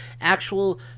actual